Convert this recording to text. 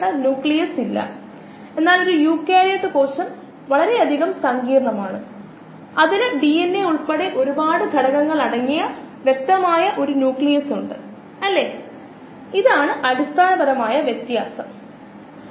ജനിതക പ്രക്രിയകൾ എന്നത് ട്രാൻസ്ക്രിപ്ഷൻ ട്രാൻസ്ലേഷൻ DNAയുടെ ഭാഗമായ ജീൻ നിങ്ങൾക്കറിയാം അത് ട്രാൻസ്ക്രിപ്റ്റ് ചെയ്യപ്പെടുന്നു ഒരുപക്ഷേ ഒരു പ്രോട്ടീനിലേക്ക് ട്രാൻസ്ലേറ്റ് ചെയ്യപ്പെടുന്നു പ്രോട്ടീൻ ഒരു ഉൽപ്പന്നമാകാം അത് ഒരു ജനിതക പ്രക്രിയയുടെ ഫലമായുണ്ടാകുന്ന ഉൽപ്പന്നത്താലോ അല്ലെങ്കിൽ ബയോ റിയാക്ടറിലെ മെറ്റബോളിക് പ്രതികരണത്തിലൂടെ നിർമ്മിക്കപ്പെടുന്ന ഒരു മെറ്റാബോലൈറ്റ് ആകാം